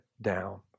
down